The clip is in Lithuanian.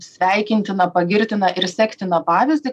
sveikintiną pagirtiną ir sektiną pavyzdį